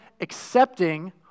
accepting